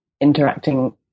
interacting